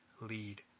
lead